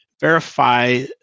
verify